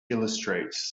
illustrates